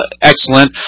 excellent